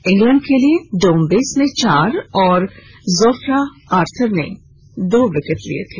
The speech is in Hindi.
इंग्लैंड के लिए डोम बेस ने चार और जोफरा आर्चर ने दो विकेट लिये थे